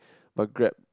but Grab